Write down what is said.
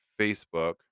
Facebook